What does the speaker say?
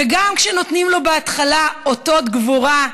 וגם כשנותנים לו בהתחלה אותות גבורה,